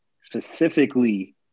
specifically